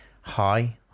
hi